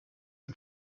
ein